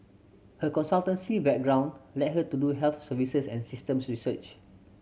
her consultancy background led her to do health services and system research